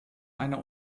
einer